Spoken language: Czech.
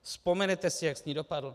Vzpomenete si, jak s ní dopadl?